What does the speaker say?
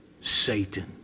Satan